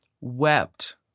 wept